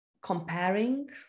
comparing